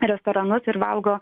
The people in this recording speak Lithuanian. restoranus ir valgo